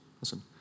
Listen